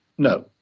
no.